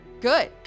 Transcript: Good